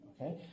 okay